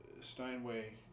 Steinway